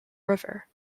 river